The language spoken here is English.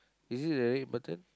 is it the red button